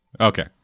Okay